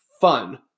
fun